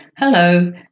Hello